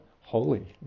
Holy